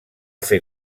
fer